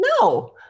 No